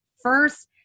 first